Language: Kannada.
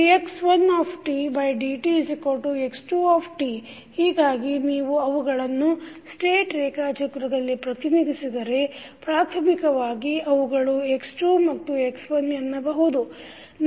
dx1dtx2t ಹೀಗಾಗಿ ನೀವು ಅವುಗಳನ್ನು ಸ್ಟೇಟ್ ರೇಖಾಚಿತ್ರದಲ್ಲಿ ಪ್ರತಿನಿಧಿಸಿದರೆ ಪ್ರಾಥಮಿಕವಾಗಿ ಅವುಗಳು x2 ಮತ್ತು x1 ಎನ್ನಬಹುದು